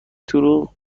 دروغگو